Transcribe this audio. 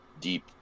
deep